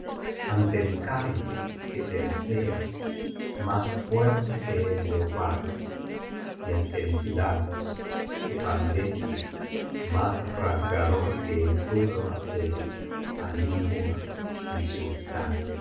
ante mi carne que te desea más fuerte que el leopardo y ante mis labios que palidecen más rasgador que el duro acero alí nur mi sultán